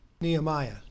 Nehemiah